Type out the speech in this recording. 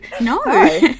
no